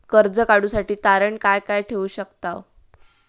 कर्ज काढूसाठी तारण काय काय ठेवू शकतव?